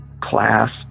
class